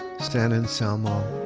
san anselmo,